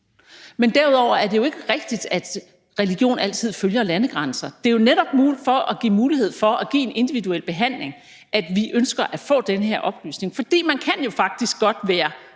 den. Derudover er det jo ikke rigtigt, at religion altid følger landegrænser. Det er jo netop for at give mulighed for at give en individuel behandling, at vi ønsker at få den her oplysning. For man kan jo faktisk godt være